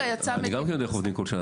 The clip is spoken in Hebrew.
אני גם יודע איך עובדים כל שנה,